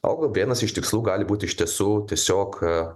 o gal vienas iš tikslų gali būti ištisų tiesiog